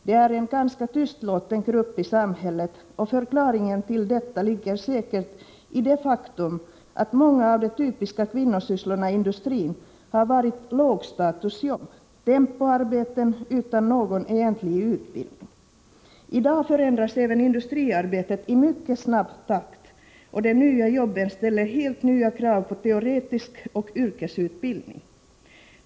De är en ganska tystlåten grupp i samhället, och förklaringen till detta ligger säkert i det faktum att många av de typiska kvinnosysslorna i industrin har varit lågstatusjobb, tempoarbeten utan någon egentlig utbildning. I dag förändras även industriarbetet i mycket snabb takt, och de nya jobben ställer helt nya krav på både teoretisk utbildning och yrkesutbildning.